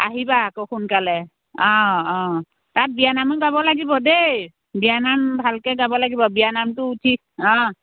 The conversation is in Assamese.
আহিবা আকৌ সোনকালে অঁ অঁ তাত বিয়া নামো গাব লাগিব দেই বিয়া নাম ভালকৈ গাব লাগিব বিয়া নামটো উঠি অঁ